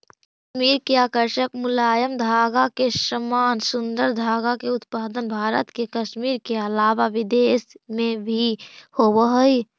कश्मीर के आकर्षक मुलायम धागा के समान सुन्दर धागा के उत्पादन भारत के कश्मीर के अलावा विदेश में भी होवऽ हई